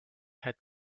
had